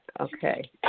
Okay